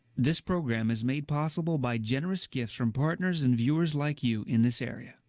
this program is made possible by generous gifts from partners and viewers like you in this area.